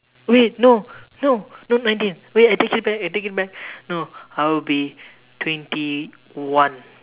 wait no no not nineteen wait I take it back I take it back no I will be twenty one